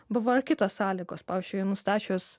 buvo ir kitos sąlygos pavyzdžiui nustačius